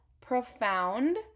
profound